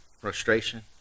frustration